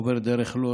עובר דרך לוד,